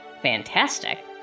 Fantastic